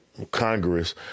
Congress